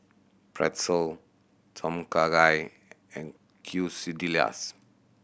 Pretzel Tom Kha Gai and Quesadillas